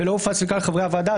ולא הופצה לכלל חברי הוועדה.